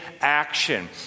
action